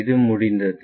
இது முடிந்தது